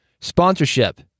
Sponsorship